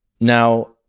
Now